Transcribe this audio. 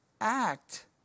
act